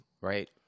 Right